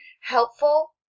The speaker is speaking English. helpful